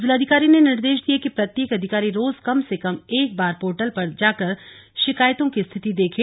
जिलाधिकारी ने निर्देश दिये कि प्रत्येक अधिकारी रोज कम से कम एक बार पोर्टल पर जाकर शिकायतों की स्थिति देखें